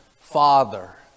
father